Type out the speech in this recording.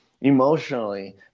emotionally